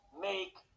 make